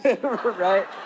right